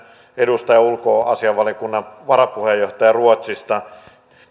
edustaja ulkoasiainvaliokunnan varapuheenjohtaja